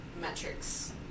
metrics